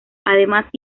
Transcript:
además